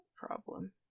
problem